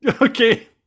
Okay